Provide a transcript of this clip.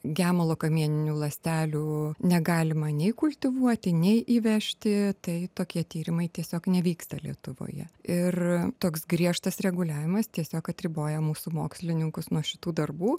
gemalo kamieninių ląstelių negalima nei kultivuoti nei įvežti tai tokie tyrimai tiesiog nevyksta lietuvoje ir toks griežtas reguliavimas tiesiog atriboja mūsų mokslininkus nuo šitų darbų